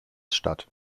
statt